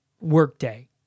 workday